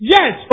Yes